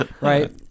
right